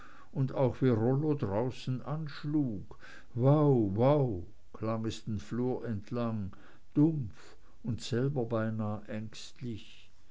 und auch wie rollo draußen anschlug wau wau klang es den flur entlang dumpf und selber beinahe ängstlich